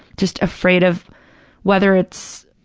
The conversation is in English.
just afraid of whether it's,